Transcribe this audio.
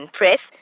press